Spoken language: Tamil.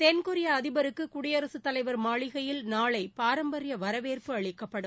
தென்கொரிய அதிபருக்கு குடியரசுத்தலைவர் மாளிகையில் நாளை பாரம்பரிய வரவேற்பு அளிக்கப்படும்